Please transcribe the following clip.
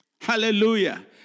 Hallelujah